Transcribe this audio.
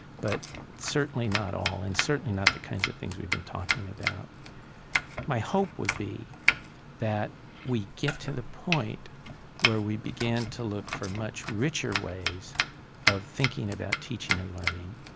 but certainly not all. and certainly not the kinds of things we've been talking about my hope would be that we get to the point where we begin to look for much richer ways of thinking about teaching and learning,